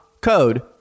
code